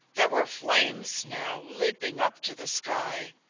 there were flames now, leaping up to the sky.